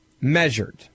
measured